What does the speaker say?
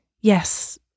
yes